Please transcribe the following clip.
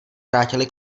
vrátily